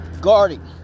guarding